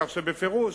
כך שבפירוש,